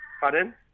Pardon